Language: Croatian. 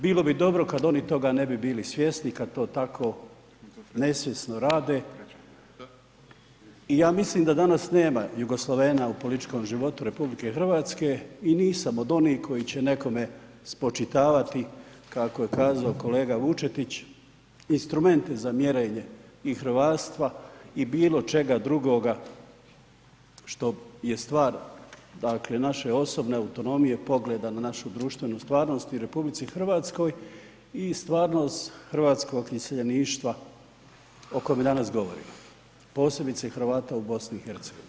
Bilo bi dobro kad oni toga ne bi bili svjesni, kad to tako nesvjesno rade i ja mislim da danas nema jugoslovena u političkom životu RH i nisam od onih koji će nekome spočitavati kako je kazao kolega Vučetić, instrumente za mjerenje i hrvatstva i bilo čega drugoga što je stvar dakle naše osobne autonomije, pogleda na našu društvenu stvarnost u RH i stvarnost hrvatskog iseljeništva o kome danas govorimo, posebice Hrvata u BiH.